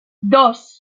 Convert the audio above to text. dos